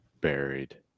buried